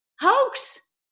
hoax